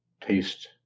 taste